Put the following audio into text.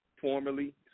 formerly